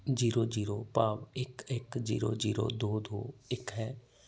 zero zero ਭਾਵ ਇੱਕ ਇੱਕ ਜੀਰੋ ਜੀਰੋ ਦੋ ਦੋ ਇੱਕ ਹੈ